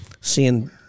seeing